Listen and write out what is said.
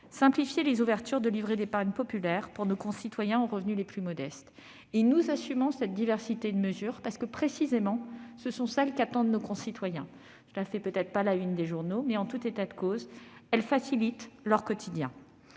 simplifier les ouvertures de livret d'épargne populaire pour nos concitoyens aux revenus les plus modestes. Nous assumons cette diversité de mesures, car ce sont précisément celles qu'attendent nos concitoyens. Cela ne fait peut-être pas la une des journaux, mais, en tout état de cause, cela facilitera leur quotidien.